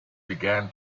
began